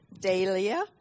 Dahlia